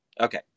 Okay